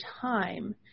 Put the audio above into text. time